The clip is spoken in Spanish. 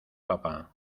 papá